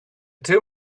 two